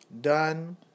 Done